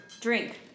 Drink